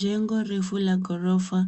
Jengo refu la gorofa